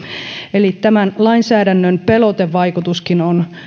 eli tämän lainsäädännön pelotevaikutuskin on